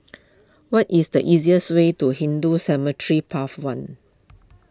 what is the easiest way to Hindu Cemetery Path one